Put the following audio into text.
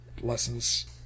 lessons